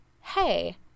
hey